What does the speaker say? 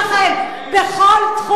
כן, כן,